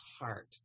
heart